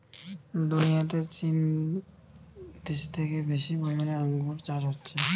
দুনিয়াতে চীন দেশে থেকে বেশি পরিমাণে আঙ্গুর চাষ হচ্ছে